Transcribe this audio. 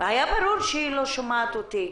ברור שהיא לא שומעת אותי.